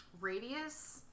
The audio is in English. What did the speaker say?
radius